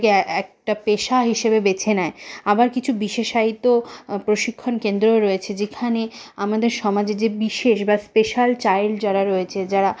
এক একটা পেশা হিসেবে বেছে নেয় আবার কিছু বিশেষায়িত প্রশিক্ষণ কেন্দ্রও রয়েছে যেখানে আমাদের সমাজে যে বিশেষ বা স্পেশাল চাইল্ড যারা রয়েছে যারা